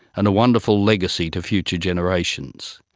and a wonderful legacy to future generations.